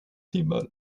timmar